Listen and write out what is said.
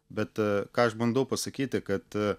bet ką aš bandau pasakyti kad